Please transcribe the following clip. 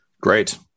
great